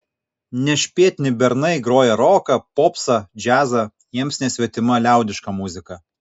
nešpėtni bernai groja roką popsą džiazą jiems nesvetima liaudiška muzika